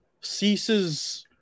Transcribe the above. ceases